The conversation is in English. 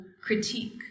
critique